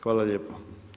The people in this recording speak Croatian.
Hvala lijepo.